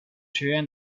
学院